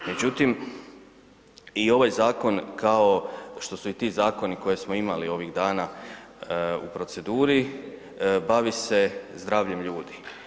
Međutim, i ovaj zakon, kao što su i ti zakoni koje smo imali ovih dana u proceduri, bavi se zdravljem ljudi.